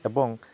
ଏବଂ